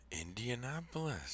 Indianapolis